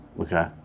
Okay